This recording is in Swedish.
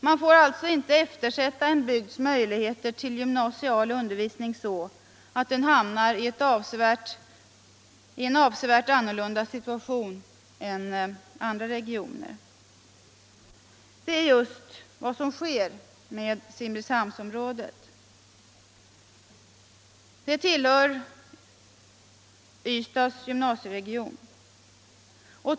Man får alltså inte eftersätta en bygds möjligheter till gymnasial undervisning så att den hamnar i en avsevärt annorlunda situation än andra regioner. Detta är just vad som sker med Simrishamnsområdet. Det hör till Ystads gymnasieregion.